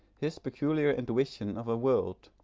his peculiar intuition of a world,